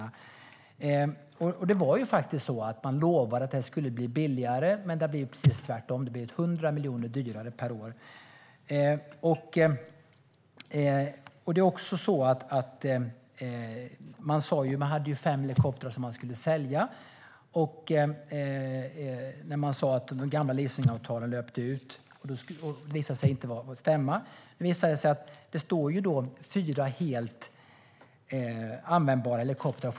Man lovade faktiskt att detta skulle bli billigare. Men det har blivit precis tvärtom. Det har blivit 100 miljoner dyrare per år. Det var fem helikoptrar som skulle säljas. Man sa att de gamla leasingavtalen löpte ut, vilket visade sig inte stämma. Det står fortfarande, fyra år senare, fyra helt användbara helikoptrar.